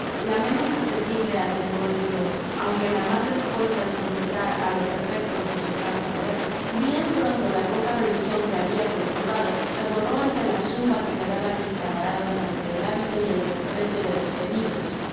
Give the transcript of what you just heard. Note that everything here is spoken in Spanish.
la menos accesible al temor de dios aunque la mas espúesta sin cesar á los efectos de su gran poder bien pronto la poca religion que habia conservado se horró ante la zumba que rae daban mis camaradas ante el hábito y el desprecio de los peligros